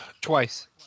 Twice